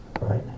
Right